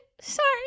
Sorry